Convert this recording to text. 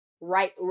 right